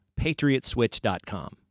PatriotSwitch.com